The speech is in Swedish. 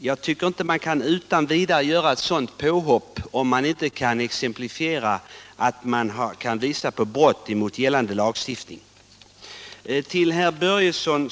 Jag tycker inte att man utan vidare kan göra ett sådant påhopp som fru Lundblad gjorde, om man inte också kan påvisa brott mot lagstiftningen.